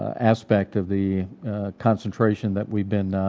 aspect of the concentration that we've been